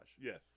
Yes